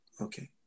Okay